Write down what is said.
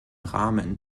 rahmen